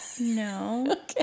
No